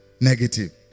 negative